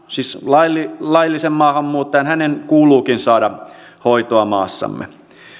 siis laillisen laillisen maahanmuuttajan kuuluukin saada hoitoa maassamme